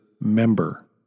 member